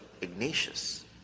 Ignatius